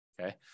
Okay